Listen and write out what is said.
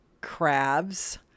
crabs